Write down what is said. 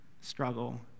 struggle